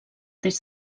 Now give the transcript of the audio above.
des